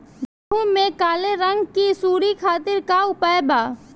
गेहूँ में काले रंग की सूड़ी खातिर का उपाय बा?